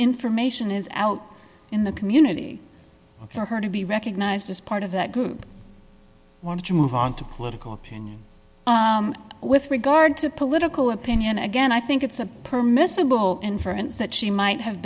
information is out in the community for her to be recognized as part of that group want to move on to political opinion with regard to political opinion again i think it's a permissive inference that she might have